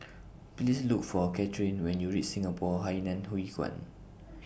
Please Look For Kathryn when YOU REACH Singapore Hainan Hwee Kuan